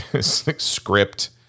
script